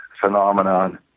phenomenon